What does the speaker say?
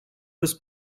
was